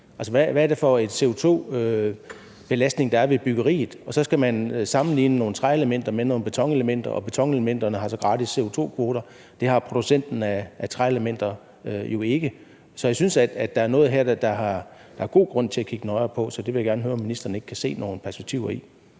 Hvad er det for en CO2-belastning, der er ved byggeriet? Og så skal man sammenligne nogle træelementer med nogle betonelementer, og betonelementerne har så gratis CO2-kvoter. Det har producenten af træelementer jo ikke. Så jeg synes, at der er noget her, der er god grund til at kigge nøjere på. Så det vil jeg høre om ministeren ikke kan se nogen perspektiver i.